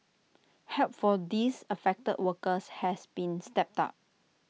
help for these affected workers has been stepped up